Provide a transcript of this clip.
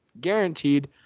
guaranteed